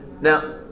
Now